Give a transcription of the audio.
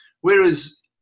Whereas